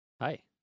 Hi